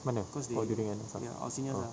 mana kau deal dengan ah some oh